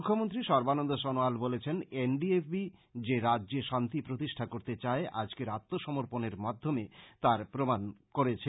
মুখ্যমন্ত্রী সর্বানন্দ সনোয়াল বলেছেন N D F B যে রাজ্যে শান্তি প্রতিষ্ঠা করতে চায় আজকের আত্ম সমর্পনের মাধ্যমে তার প্রমান দিয়েছে